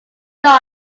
when